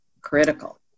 critical